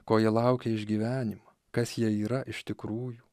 ko jie laukia iš gyvenimo kas jie yra iš tikrųjų